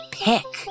pick